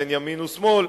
בין ימין ושמאל,